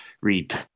read